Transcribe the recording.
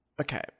Okay